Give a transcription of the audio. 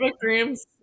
dreams